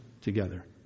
Together